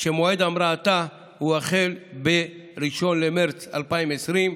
שמועד המראתה הוא מ-1 במרץ 2020,